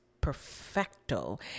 perfecto